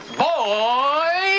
boy